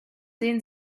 sehen